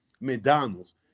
McDonald's